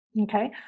okay